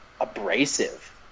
abrasive